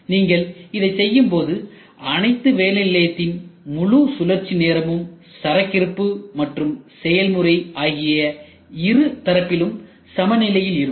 நீங்கள் இதை செய்யும் போது அனைத்து வேலை நிலையத்தின் முழு சுழற்சி நேரமும் சரக்கிருப்பு மற்றும் செயல்முறை ஆகிய இரு தரப்பிலும் சமநிலையில் இருக்கும்